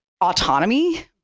autonomy